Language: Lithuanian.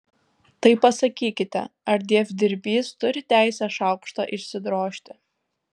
tai pasakykite ar dievdirbys turi teisę šaukštą išsidrožti